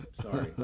sorry